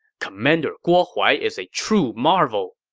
commander guo huai is a true marvel!